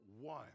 one